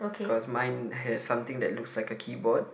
cause mine has something that looks like a keyboard